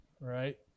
right